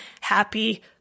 happy